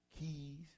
keys